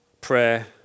Prayer